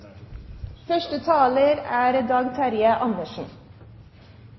første: Finansministeren er hver dag